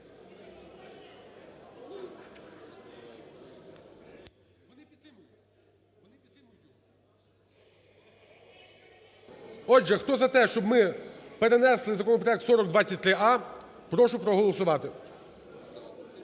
Отже, хто за те, щоб ми перенесли законопроект 4023а, прошу проголосувати.